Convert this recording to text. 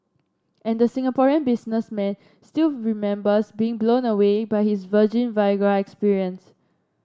and the Singaporean businessman still remembers being blown away by his virgin Viagra experience